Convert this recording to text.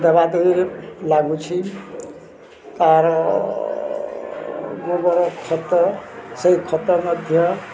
ଦେବା ଦେବି ଲାଗୁଛି ତା'ର ମୋ ଖତ ସେଇ ଖତ ମଧ୍ୟ